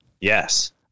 Yes